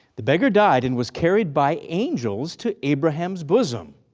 the beggar died and was carried by angels to abraham's bosom.